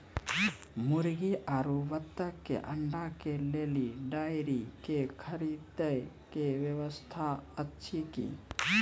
मुर्गी आरु बत्तक के अंडा के लेल डेयरी के खरीदे के व्यवस्था अछि कि?